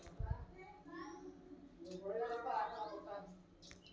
ನೇರಾವರಿ ಒಳಗ ಭಾಳ ತರಾ ಅದಾವ